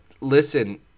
listen